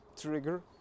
trigger